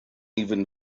even